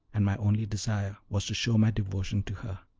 and my only desire was to show my devotion to her.